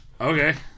Okay